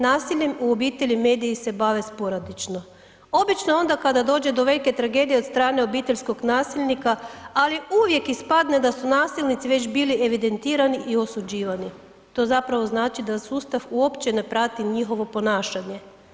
Nasiljem u obitelji mediji se bave sporadično, obično onda kada dođe do neke tragedije od strane obiteljskog nasilnika, ali uvijek ispadne da su nasilnici već bili evidentirani i osuđivani, to zapravo znači da sustav uopće ne prati njihovo ponašanje.